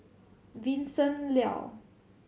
Vincent Leow